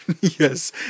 yes